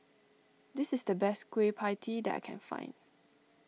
this is the best Kueh Pie Tee that I can find